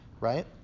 right